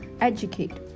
educate